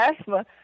asthma